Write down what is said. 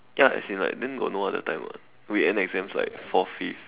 ya as in like then got no other time [what] we end exams like fourth fifth